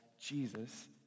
Jesus